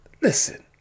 Listen